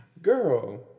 Girl